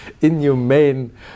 inhumane